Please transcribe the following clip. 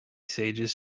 sages